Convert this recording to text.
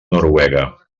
noruega